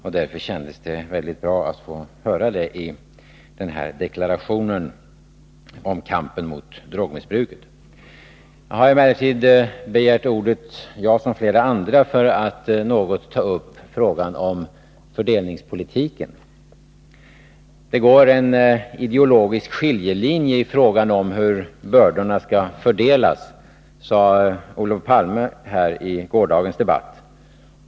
Det kändes därför väldigt bra att få höra det i den här deklarationen om kampen mot drogmissbruket. Jag har emellertid begärt ordet — jag som flera andra — för att något ta upp frågan om fördelningspolitiken. Det går en ideologisk skiljelinje i frågan om hur bördorna skall fördelas, sade Olof Palme i gårdagens debatt.